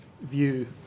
view